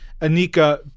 Anika